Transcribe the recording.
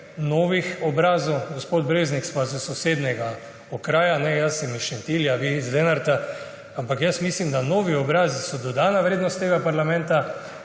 novih obrazov. Gospod Breznik, sva iz sosednjega okraja, jaz sem iz Šentilja, vi iz Lenarta, ampak jaz mislim, da novi obrazi so dodana vrednost tega parlamenta.